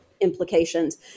implications